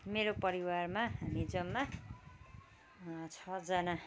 मेरो परिवारमा हामी जम्मा छजना